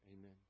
Amen